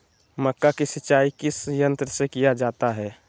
मक्का की सिंचाई किस यंत्र से किया जाता है?